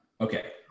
Okay